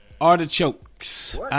Artichokes